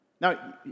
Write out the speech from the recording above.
Now